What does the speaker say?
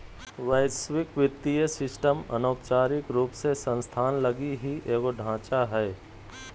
वैश्विक वित्तीय सिस्टम अनौपचारिक रूप से संस्थान लगी ही एगो ढांचा हय